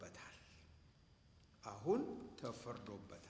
but but